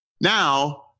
Now